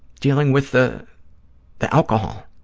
dealing with the the alcohol.